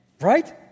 right